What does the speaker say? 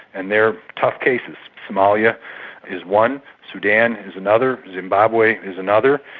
and they are tough cases. somalia is one, sudan is another, zimbabwe is another,